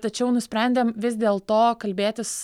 tačiau nusprendėm vis dėlto kalbėtis